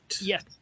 Yes